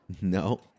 No